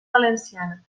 valenciana